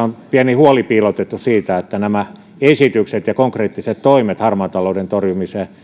on piilotettu pieni huoli siitä että nämä esitykset ja konkreettiset toimet harmaan talouden torjumiseksi